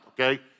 okay